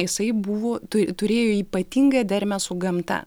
jisai buvo tu turėjo ypatingą dermę su gamta